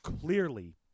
clearly